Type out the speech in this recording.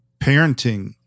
parenting